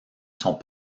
sont